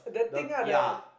the ya